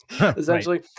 essentially